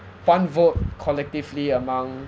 one vote collectively among